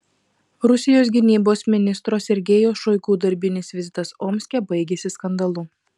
rusijos gynybos ministro sergejaus šoigu darbinis vizitas omske baigėsi skandalu